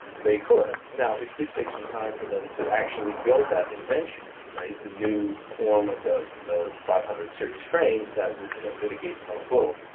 they could. now, it did take some time for them to actually build that invention, the new form of the the five hundred series frame that would then mitigate tunnel boom.